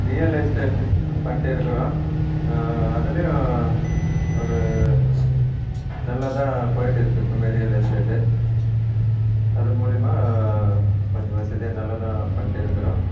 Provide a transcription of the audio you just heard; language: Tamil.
ரியல் எஸ்டேட்டு பண்ணிட்டு இருக்கிறோம் அதுலேயும் ஒரு நல்லா தான் போயிட்டு இருக்குது இப்போமே ரியல் எஸ்டேட்டு அது மூலிமா கொஞ்சம் வசதியாக நல்லா தான் பண்ணிட்டு இருக்கிறோம்